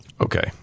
Okay